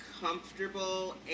comfortable